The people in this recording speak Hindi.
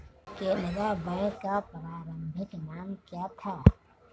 केनरा बैंक का प्रारंभिक नाम क्या था?